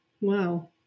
Wow